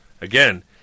again